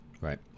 Right